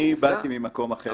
אני באתי ממקום אחר לגמרי.